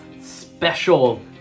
special